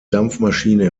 dampfmaschine